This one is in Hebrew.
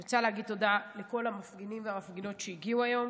אני רוצה להגיד תודה לכל המפגינים והמפגינות שהגיעו היום,